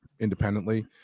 independently